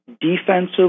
defensive